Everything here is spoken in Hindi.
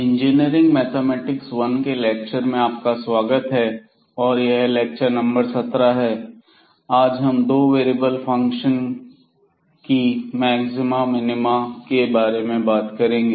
इंजीनियरिंग मैथमेटिक्स 1 के लेक्चर में आपका स्वागत है और यह लेक्चर नंबर 17 है आज हम दो वेरिएबल के फंक्शन की मैक्सिमा और मिनिमा की बात करेंगे